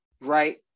right